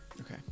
Okay